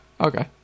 okay